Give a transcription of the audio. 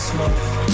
Smoke